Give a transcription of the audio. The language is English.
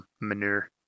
manure